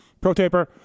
ProTaper